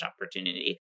opportunity